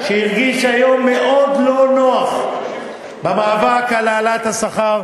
שהרגיש היום מאוד לא נוח במאבק על העלאת השכר,